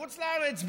בחוץ לארץ,